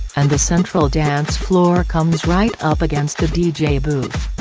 and the central dance floor comes right up against the the dj booth.